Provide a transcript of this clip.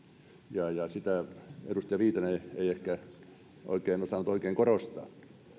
ja ja sitä edustaja viitanen ei ehkä osannut oikein korostaa